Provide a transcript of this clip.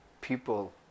people